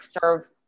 serve